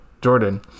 jordan